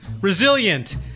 resilient